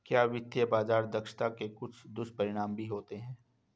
क्या वित्तीय बाजार दक्षता के कुछ दुष्परिणाम भी होते हैं?